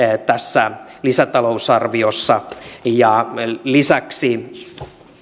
tässä lisätalousarviossa ja lisäksi